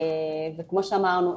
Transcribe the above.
כמו שאמרנו,